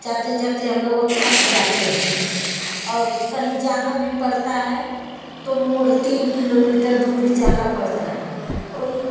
जाते जाते हम लोग थक जाते हैं और कहीं जाना भी पड़ता है तो मोड़ तीन किलोमीटर दूरी जाना पड़ता है कोई